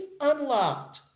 unlocked